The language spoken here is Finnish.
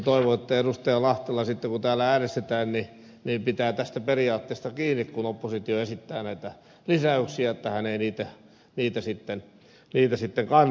lahtela sitten kun täällä äänestetään pitää tästä periaatteesta kiinni kun oppositio esittää näitä lisäyksiä että hän ei niitä sitten kannata